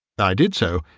i did so,